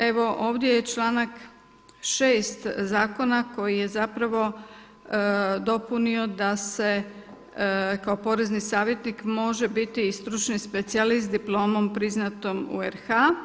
Evo, ovdje je članak 6. zakona koji je zapravo dopunio da kao porezni savjetnik može biti i stručni specijalist diplomom priznatom u RH.